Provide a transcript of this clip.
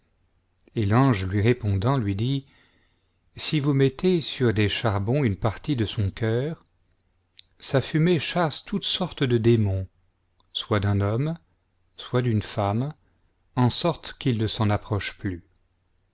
et l'ange lui répondant lui dit si vous mettez sur des charbons une partie de son cœur sa fumée chasse toute sorte de démons soit d'un homme soit d'une femme en sorte qu'ils ne s'en approchent plus